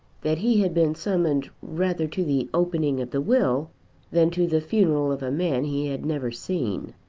that he had been summoned rather to the opening of the will than to the funeral of a man he had never seen.